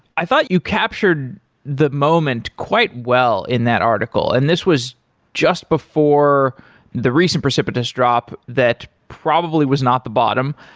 i thought you captured the moment quite well in that article. and this was just before the reason precipitous drop that probably was not the bottom,